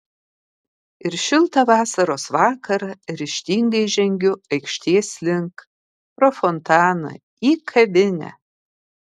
ir šiltą vasaros vakarą ryžtingai žengiu aikštės link pro fontaną į kavinę